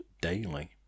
daily